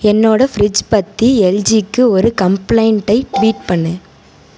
என்னோடய ஃபிரிட்ஜ் பற்றி எல்ஜிக்கு ஒரு கம்ப்ளைன்ட்டை ட்வீட் பண்ணு